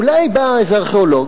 אולי בא איזה ארכיאולוג,